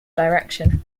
direction